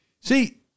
See